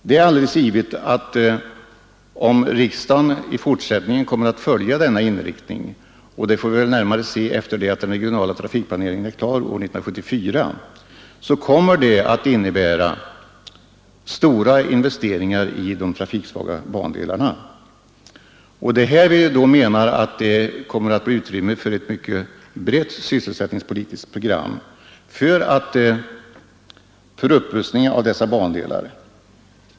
Det är alldeles givet att om riksdagen i fortsättningen följer denna inriktning, vilket vi närmare får se när den regionala trafikplaneringen är klar år 1974, kommer det att innebära stora investeringar i de trafiksvaga bandelarna. Då menar vi att det kommer att bli utrymme för ett brett sysselsättningspolitiskt program för upprustningen av dessa bandelar.